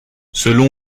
selon